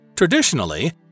Traditionally